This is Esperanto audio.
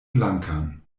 blankan